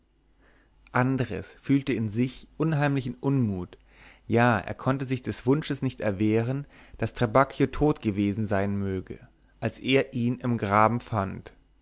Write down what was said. andres fühlte in sich unheimlichen unmut ja er konnte sich des wunsches nicht erwehren daß trabacchio tot gewesen sein möge als er ihn im graben fand